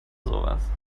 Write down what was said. sowas